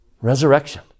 Resurrection